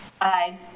Aye